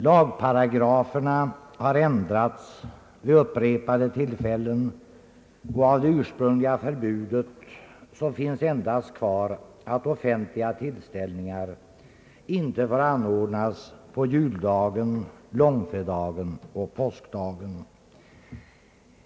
Lagparagraferna har ändrats vid upprepade tillfällen, och av det ursprungliga förbudet finns endast kvar att offentliga tillställningar inte får anordnas på juldagen, långfredagen och påskdagen.